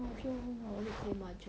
mahjong I want to play mahjong